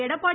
Edappadi